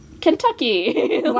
Kentucky